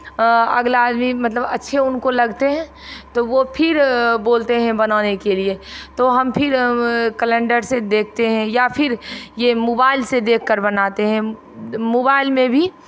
अगला आज भी मतलब अच्छे उनको लगते हैं तो वो फिर बोलते हैं बनाने के लिये तो हम फिर कैलेंडर से देते हैं या फिर ये मोबाइल से देख कर बनाते हैं मोबाइल में भी